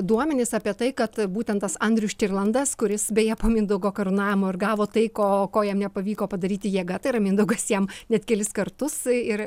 duomenys apie tai kad būtent tas andrius štirlandas kuris beje po mindaugo karūnavimo ir gavo tai ko ko jam nepavyko padaryti jėga tai yra mindaugas jam net kelis kartus ir